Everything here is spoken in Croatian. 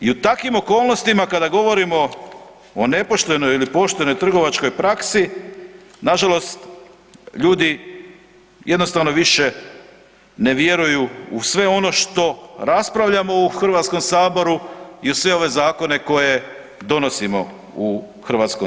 I u takvim okolnostima kada govorimo o nepoštenoj ili poštenoj trgovačkoj praksi, nažalost ljudi jednostavno više ne vjeruju u sve ono što raspravljamo u HS-u i u sve ove zakone koje donosimo u HS.